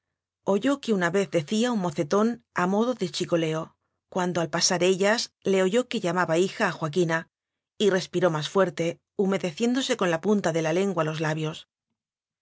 oyó que una vez decía un mocetón a modo de chicoleo cuando al pasar ellas le oyó que llamaba hija a joaquina y respiró más fuerte humedeciéndose con la punta de la lengua los labios